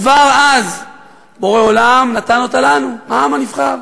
כבר אז בורא עולם נתן אותה לנו, העם הנבחר.